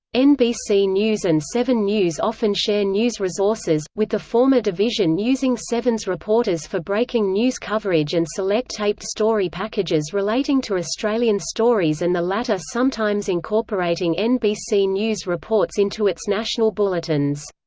nbc news and seven news often share news resources, with the former division using seven's reporters for breaking news coverage and select taped story packages relating to australian stories and the latter sometimes incorporating nbc news reports into its national bulletins.